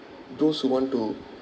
those who want to